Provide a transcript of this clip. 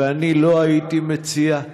ואני לא הייתי מציע נכון,